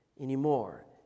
anymore